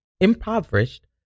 impoverished